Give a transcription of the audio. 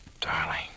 Darling